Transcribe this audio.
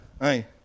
hey